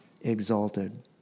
exalted